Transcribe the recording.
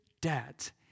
debt